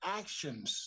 actions